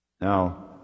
Now